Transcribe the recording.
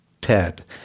Ted